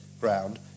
ground